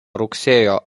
rugsėjo